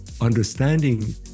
understanding